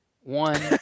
One